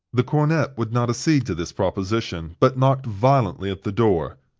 the cornet would not accede to this proposition, but knocked violently at the door,